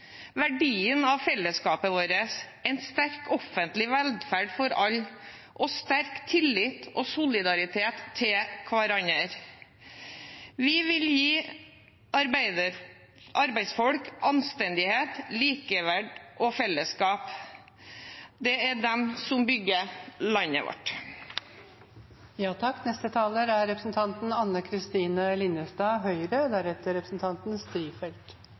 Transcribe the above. verdien av fellesskapet vårt, en sterk offentlig velferd for alle og sterk tillit og solidaritet til hverandre. Vi vil gi arbeidsfolk anstendighet, likeverd og fellesskap. Det er de som bygger landet